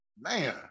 Man